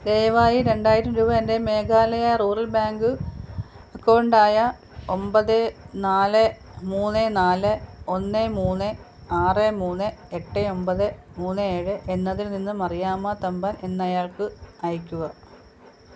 ദയവായി രണ്ടായിരം രൂപ എൻ്റെ മേഘാലയ റൂറൽ ബാങ്ക് അക്കൗണ്ട് ആയ ഒമ്പത് നാല് മൂന്ന് നാല് ഒന്ന് മൂന്ന് ആറ് മൂന്ന് എട്ട് ഒമ്പത് മൂന്ന് ഏഴ് എന്നതിൽ നിന്ന് മറിയാമ്മ തമ്പാൻ എന്നയാൾക്ക് അയയ്ക്കുക